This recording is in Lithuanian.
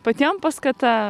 patiem paskata